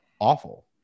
awful